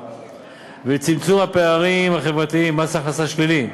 ובצמצום פערים חברתיים (מס הכנסה שלילי)